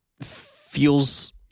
feels